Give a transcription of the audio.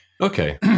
Okay